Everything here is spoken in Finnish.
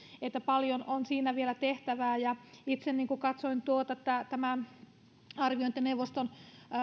että paljon on siinä vielä tehtävää itse katsoin tuota että tämä arviointineuvoston